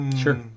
Sure